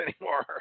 anymore